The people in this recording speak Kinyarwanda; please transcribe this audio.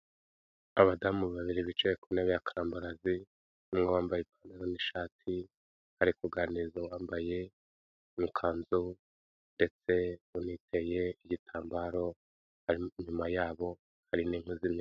Abadamu babiri bicaye ku ntebe ya karambazi, umwe wambaye ipantaro n'ishati ari kuganiriza wambaye ikanzu ndetse uniteye igitambaro inyuma yabo hari inkwi zumye.